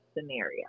scenario